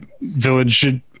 village